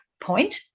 point